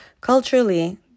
Culturally